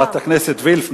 חברת הכנסת וילף,